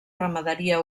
ramaderia